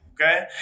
Okay